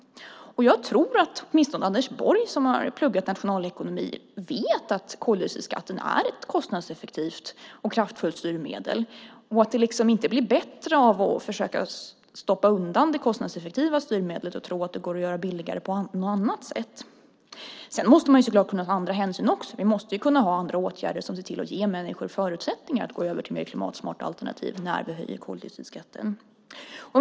Och jag tror att åtminstone Anders Borg, som har pluggat nationalekonomi, vet att koldioxidskatten är ett kostnadseffektivt och kraftfullt styrmedel och att det inte blir bättre av att försöka stoppa undan det kostnadseffektiva styrmedlet och tro att det går att göra billigare på något annat sätt. Sedan måste man så klart kunna ta andra hänsyn också. Vi måste kunna ha andra åtgärder som ser till att ge människor förutsättningar för att gå över till mer klimatsmarta alternativ när vi höjer koldioxidskatten.